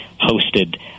hosted